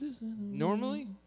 Normally